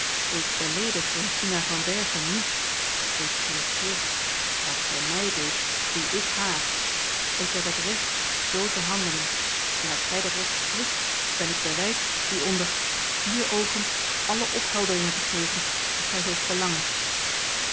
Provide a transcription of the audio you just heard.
ik beleedig regina van berchem niet ik geef terug wat ze mij deed doe ik haar ik heb het recht z te handelen en als gij dat recht betwist ben ik bereid u onder vier oogen alle ophelderingen te geven die gij zult verlangen